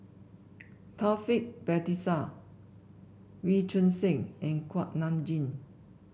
Taufik Batisah Wee Choon Seng and Kuak Nam Jin